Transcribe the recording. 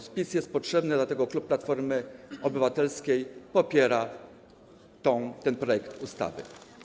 Spis jest potrzebny, dlatego klub Platformy Obywatelskiej popiera ten projekt ustawy.